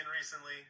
recently